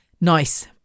nice